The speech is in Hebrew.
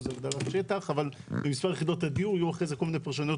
הגדלת שטח אבל למספר יחידות הדיור יהיו כל מיני פרשנויות